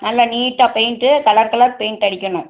நல்லா நீட்டாக paint colour colour paint அடிக்கணும்